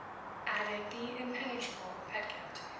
added the impenetrable pedgift,